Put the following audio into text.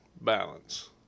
balance